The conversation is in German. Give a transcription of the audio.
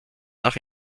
nach